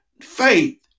faith